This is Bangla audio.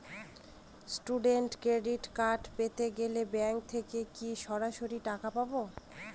স্টুডেন্ট ক্রেডিট কার্ড পেতে গেলে ব্যাঙ্ক থেকে কি সরাসরি টাকা পাবো?